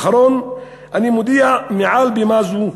אני מודיע מעל בימה זו,